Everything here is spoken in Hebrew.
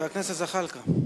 חבר הכנסת זחאלקה.